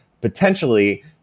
potentially